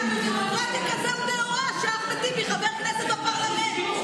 אנחנו דמוקרטיה כזאת נאורה שאחמד טיבי חבר כנסת בפרלמנט.